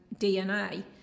DNA